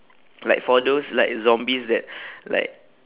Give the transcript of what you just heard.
like for those like zombies that like